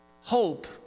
Hope